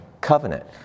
covenant